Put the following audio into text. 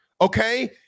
Okay